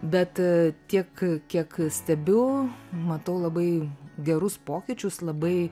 bet tiek kiek stebiu matau labai gerus pokyčius labai